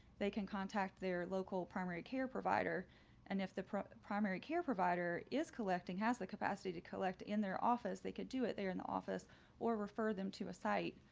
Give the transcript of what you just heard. they can contact their local primary care provider and if the primary care provider is collecting has the capacity to collect in their office, they could do it there in the office or refer them to a site